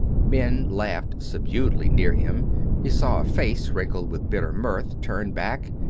men laughed subduedly near him he saw a face wrinkled with bitter mirth turned back,